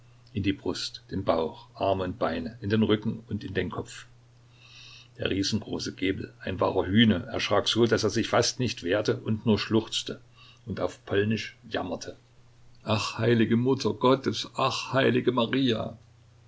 in die brust den bauch arme und beine in den rücken und in den kopf der riesengroße gebel ein wahrer hüne erschrak so daß er sich fast nicht wehrte und nur schluchzte und auf polnisch jammerte ach heilige mutter gottes ach heilige maria